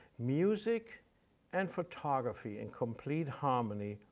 music and photography in complete harmony.